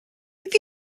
have